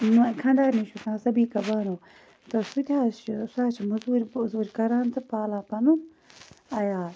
خاندارنہِ حظ چھُس ناو سبیٖکا بانو تہٕ سُہ تہِ حظ چھُ سُہ حظ چھُ مٔزوٗرۍ ؤزوٗرۍ کَران تہٕ پالان پَنُن عیال